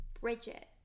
Bridget